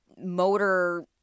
motor